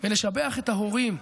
ולשבח את ההורים.